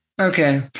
Okay